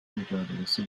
mücadelesi